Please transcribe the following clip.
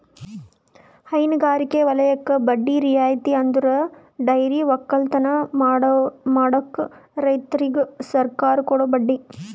ಹೈನಗಾರಿಕೆ ವಲಯಕ್ಕೆ ಬಡ್ಡಿ ರಿಯಾಯಿತಿ ಅಂದುರ್ ಡೈರಿ ಒಕ್ಕಲತನ ಮಾಡ್ಲುಕ್ ರೈತುರಿಗ್ ಸರ್ಕಾರ ಕೊಡೋ ಬಡ್ಡಿ